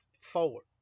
forward